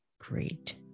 great